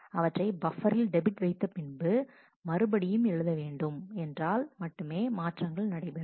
அவற்றை பஃப்பரில் டெபிட் வைத்த பின்பு மறுபடியும் எழுத வேண்டும் என்றால் மட்டுமே மாற்றங்கள் நடைபெறும்